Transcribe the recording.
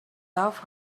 love